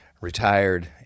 retired